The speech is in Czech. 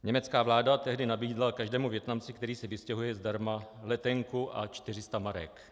Německá vláda tehdy nabídla každému Vietnamci, který se vystěhuje, zdarma letenku a 400 marek.